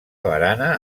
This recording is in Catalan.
barana